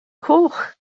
coch